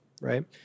Right